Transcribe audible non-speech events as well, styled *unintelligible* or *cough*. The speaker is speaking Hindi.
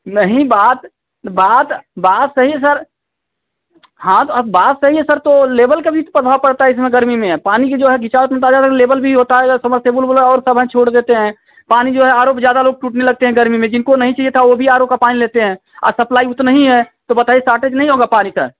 नहीं बात बात बात सही है सर हाँ तो अब बात सही सर तो लेभल का भी तो प्रभाव पड़ता है इसमें गर्मी में पानी की जो हे *unintelligible* लेभल भी होता है समरसेबुल बोले और सब हेन छोड़ देते हैं पानी जो है आर ओ पर ज़्यादा लोग टूटने लगते हैं गर्मी में जिनको नहीं चाहिए था वो भी आर ओ का पानी लेते हैं आ सप्लाइ उतना ही है तो बताइए सारटेज नहीं होगा पानी का